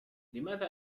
لماذا